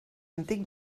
antic